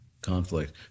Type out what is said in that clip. conflict